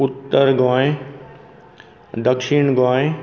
उत्तर गोंय दक्षिण गोंय